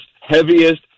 heaviest